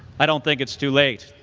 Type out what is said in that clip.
i don't think it's too late.